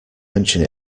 mention